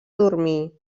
dormir